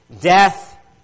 death